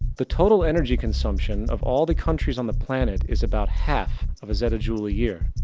the total energy consumption of all the countries on the planet is about half of a zetajule a year.